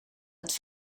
het